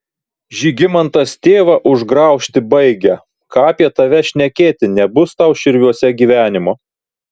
žygimantas tėvą užgraužti baigia ką apie tave šnekėti nebus tau širviuose gyvenimo